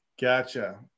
Gotcha